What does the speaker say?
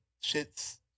shit's